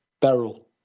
Beryl